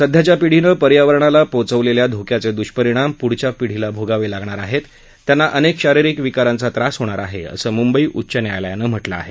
सध्याच्या पिढीनं पर्यावरणाला पोचवलेल्या धोक्याचे दुष्परिणाम पुढच्या पिढीला भोगावे लागणार आहेत त्यांना अनेक शारिरीक विकारांचा त्रास होणार आहे असं मुंबई उच्च न्यायालयानं म्हटलं आहे